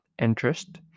interest